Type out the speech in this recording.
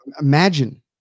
Imagine